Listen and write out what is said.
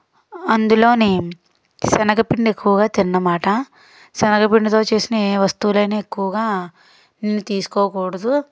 అందులో శనగపిండి ఎక్కువగా తిన్న మాట శనగపిండితో చేసిన ఏ వస్తువులైన ఎక్కువగా తీసుకోకూడదు